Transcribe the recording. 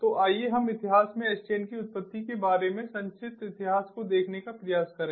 तो आइए हम इतिहास में SDN की उत्पत्ति के बारे में संक्षिप्त इतिहास को देखने का प्रयास करें